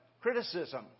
criticism